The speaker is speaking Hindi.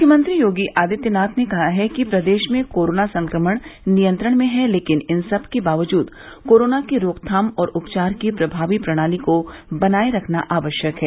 मुख्यमंत्री योगी आदित्यनाथ ने कहा है कि प्रदेश में कोरोना संक्रमण नियंत्रण में है लेकिन इन सबके बावजूद कोरोना की रोकथाम और उपचार की प्रभावी प्रणाली को बनाए रखना आवश्यक है